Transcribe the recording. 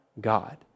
God